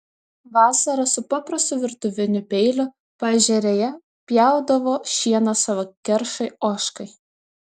vasarą su paprastu virtuviniu peiliu paežerėje pjaudavo šieną savo keršai ožkai